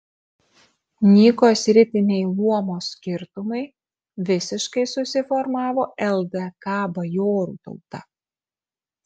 nyko sritiniai luomo skirtumai visiškai susiformavo ldk bajorų tauta